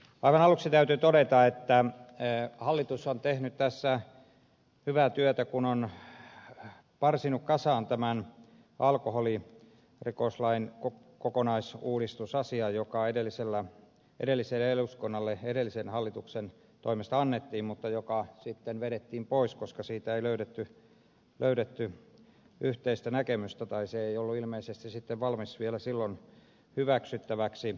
aivan aluksi täytyy todeta että hallitus on tehnyt tässä hyvää työtä kun on parsinut kasaan tämän alkoholirikoslain kokonaisuudistusasian joka edelliselle eduskunnalle edellisen hallituksen toimesta annettiin mutta joka sitten vedettiin pois koska siitä ei löydetty yhteistä näkemystä tai se ei ollut ilmeisesti sitten valmis vielä silloin hyväksyttäväksi